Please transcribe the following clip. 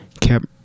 kept